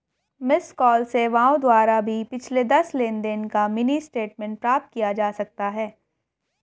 miss call सेवाओं द्वारा भी पिछले दस लेनदेन का मिनी स्टेटमेंट प्राप्त किया जा सकता है